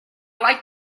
like